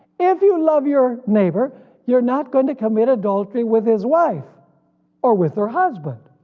if you love your neighbor you're not going to commit adultery with his wife or with her husband.